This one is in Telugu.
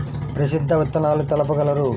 ప్రసిద్ధ విత్తనాలు తెలుపగలరు?